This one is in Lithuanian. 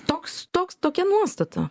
toks toks tokia nuostata